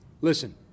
Listen